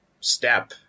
step